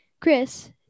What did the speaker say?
Chris